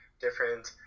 different